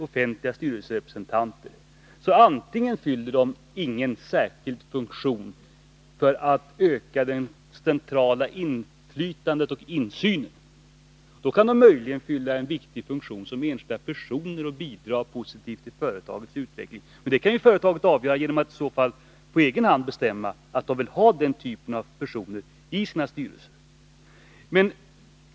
Offentliga styrelserepresentanter fyller antingen ingen särskild funktion för att öka det centrala inflytandet och insynen, eller också fyller de en viktig funktion som enskilda personer och bidrar positivt till företagets utveckling. Men det kan företaget självt avgöra och i så fall på egen hand bestämma att man vill ha den typen av personer i sina styrelser.